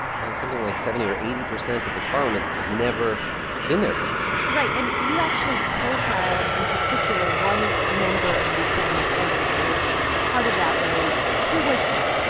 something like seventy or eighty percent of the parliament has never been there before right. and you actually profiled in particular one member of the ukrainian parliament who was part of that wave. who was he?